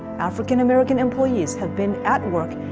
african american employees have been at work,